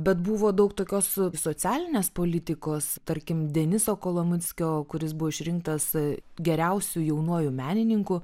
bet buvo daug tokios socialinės politikos tarkim deniso kolomunskio kuris buvo išrinktas geriausiu jaunuoju menininku